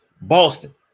Boston